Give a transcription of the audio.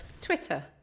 twitter